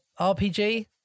RPG